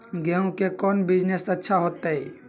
गेंहू के कौन बिजनेस अच्छा होतई?